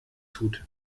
tut